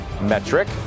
metric